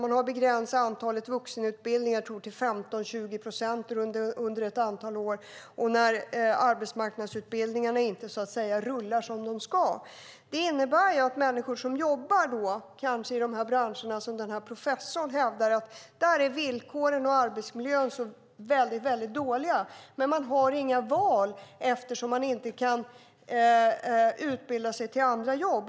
Antalet platser i vuxenutbildning har minskats med 15-20 procent under ett antal år, och arbetsmarknadsutbildningarna rullar inte som de ska. Det innebär att människor som jobbar i de branscher där professor Härenstam hävdar att villkoren och arbetsmiljön är så väldigt dåliga inte har något val eftersom man inte kan utbilda sig till andra jobb.